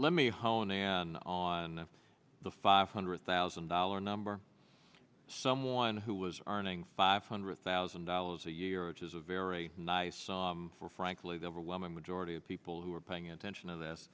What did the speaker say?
and on the five hundred thousand dollar number someone who was arming five hundred thousand dollars a year which is a very nice for frankly the overwhelming majority of people who are paying attention to this